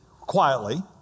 quietly